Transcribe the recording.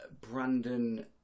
Brandon